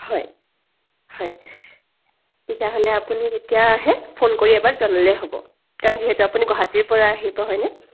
হয় হয় তেতিয়াহ'লে আপুনি কেতিয়া আহে ফোন কৰি এবাৰ জনালেই হ'ব কাৰণ যিহেতু আপুনি গুৱাহাটীৰ পৰা আহিব হয়নে